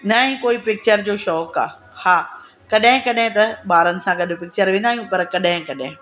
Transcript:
न ई कोई पिचर जो शौक़ु आहे हा कॾहिं कॾहिं त ॿारनि सां गॾ पिचर वेंदा आहियूं पर कॾहिं कॾहिं